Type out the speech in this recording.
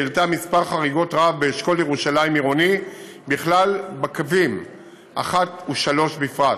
שהעלתה מספר חריגות רב באשכול ירושלים עירוני בכלל ובקווים 1 ו-3 בפרט.